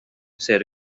said